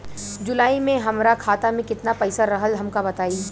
जुलाई में हमरा खाता में केतना पईसा रहल हमका बताई?